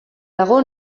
dago